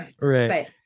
Right